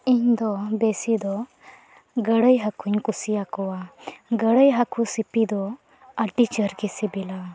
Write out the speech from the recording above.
ᱤᱧ ᱫᱚ ᱵᱮᱥᱤ ᱫᱚ ᱜᱟᱹᱲᱟᱹᱭ ᱦᱟᱹᱠᱩᱧ ᱠᱩᱥᱤᱭᱟᱠᱚᱣᱟ ᱜᱟᱹᱲᱟᱹᱭ ᱦᱟᱹᱠᱩ ᱥᱤᱯᱤ ᱫᱚ ᱟᱹᱰᱤ ᱡᱳᱨ ᱜᱮ ᱥᱤᱵᱤᱞᱟ